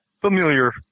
familiar